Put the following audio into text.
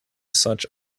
such